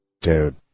Dude